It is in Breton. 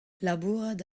labourat